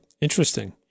Interesting